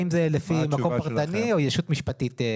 האם זה לפי מקום פרטני או ישות משפטית.